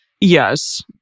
Yes